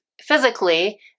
Physically